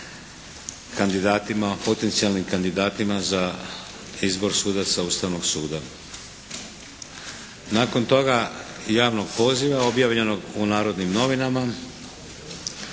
potencijalnim kandidatima za izbor sudaca Ustavnog suda. Nakon toga javnog poziva objavljenog u Narodnim novinama